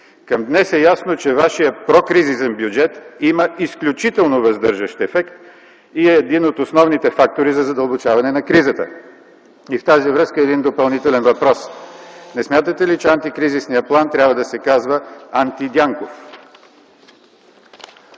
Към днес е ясно, че вашият прокризисен бюджет има изключително въздържащ ефект и е един от основните фактори за задълбочаване на кризата. В тази връзка един допълнителен въпрос: Не смятате ли, че антикризисният трябва да се казва „Антидянков”